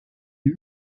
lui